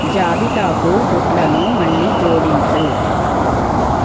జాబితాకు గుడ్లను మళ్లీ జోడించు